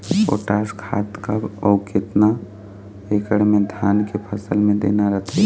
Potash खाद कब अऊ केतना एकड़ मे धान के फसल मे देना रथे?